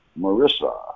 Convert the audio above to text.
Marissa